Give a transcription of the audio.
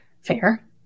fair